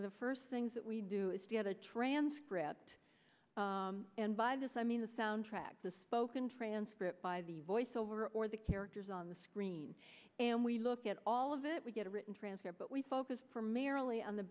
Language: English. of the first things that we do is to get a transcript and by this i mean the soundtrack the spoken transcript by the voiceover or the characters on the screen and we look at all of it we get a written transcript but we focused for merrily on the